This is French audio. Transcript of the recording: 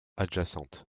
adjacente